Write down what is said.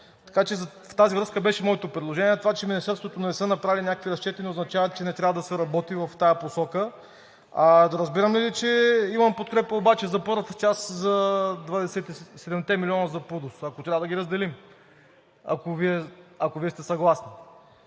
така че в тази връзка беше моето предложение. Това, че Министерството не са направили някакви разчети, не означава, че не трябва да се работи в тази посока. Да разбирам ли, че имам подкрепа за първата част – за 27-те милиона за ПУДООС? Ако трябва да ги разделим, ако Вие сте съгласни?